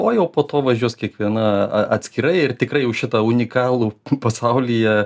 o jau po to važiuos kiekviena a atskirai ir tikrai jau šitą unikalų pasaulyje